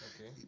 Okay